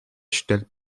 stellt